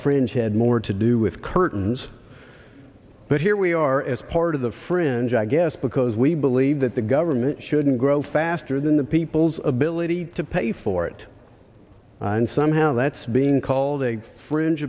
french had more to do with curtains but here we are as part of the fringe i guess because we believe that the government shouldn't grow faster than the people's ability to pay for it and somehow that's being called a fringe